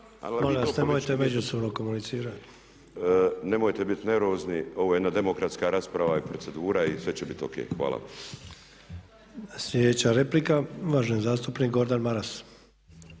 Molim vas nemojte međusobno komunicirati./… Nemojte bit nervozni. Ovo je jedna demokratska rasprava i procedura i sve će bit o.k. Hvala. **Sanader, Ante (HDZ)** Sljedeća replika, uvaženi zastupnik Gordan Maras.